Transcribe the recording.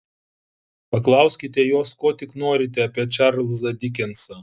paklauskite jos ko tik norite apie čarlzą dikensą